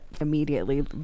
Immediately